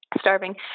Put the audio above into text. starving